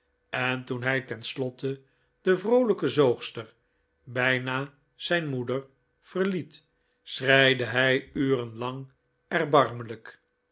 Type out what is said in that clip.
en toen hij ten slotte de vroolijke zoogster bijna zijn moeder verliet schreide hij uren lang erbarmelijk